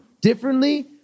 differently